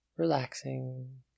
Relaxing